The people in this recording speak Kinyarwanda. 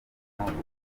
igituntu